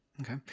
Okay